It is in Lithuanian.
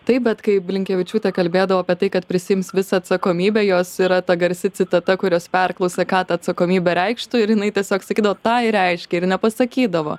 taip bet kai blinkevičiūtė kalbėdavo apie tai kad prisiims visą atsakomybę jos yra ta garsi citata kur jos perklausia ką ta atsakomybė reikštų ir jinai tiesiog sakydavo tai reiškia ir nepasakydavo